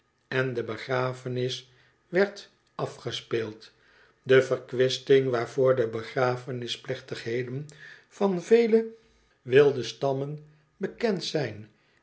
en de begrafenis werd afgespeeld de verkwisting waarvoor de begrafenisplechtighedcn van vele wilde stammen bekend zijn